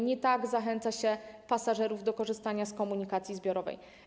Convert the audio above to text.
Nie tak zachęca się pasażerów do korzystania z komunikacji zbiorowej.